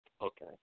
Okay